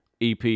EP